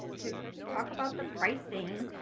to talk about the pricing,